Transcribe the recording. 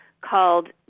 called